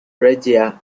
regia